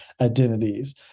identities